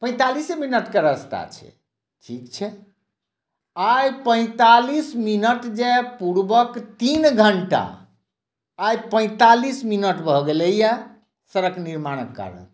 पैंतालीसे मिनटक रास्ता छै ठीक छै आइ पैंतालीस मिनट जे पूर्वक तीन घण्टा आइ पैंतालीस मिनट भऽ गेलैय सड़क निर्माणक कारण